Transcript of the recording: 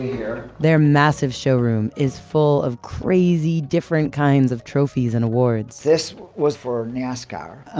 here their massive showroom is full of crazy different kinds of trophies and awards this was for nascar.